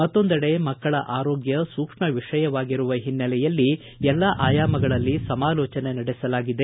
ಮತ್ತೊಂದೆಡೆ ಮಕ್ಕಳ ಆರೋಗ್ಯ ಸೂಕ್ಷ್ಮ ವಿಷಯವಾಗಿರುವ ಹಿನ್ನೆಲೆಯಲ್ಲಿ ಎಲ್ಲಾ ಆಯಾಮಗಳಲ್ಲಿ ಸಮಾಲೋಚನೆ ನಡೆಸಲಾಗಿದೆ